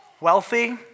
wealthy